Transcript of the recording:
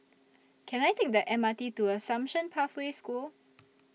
Can I Take The M R T to Assumption Pathway School